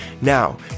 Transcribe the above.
Now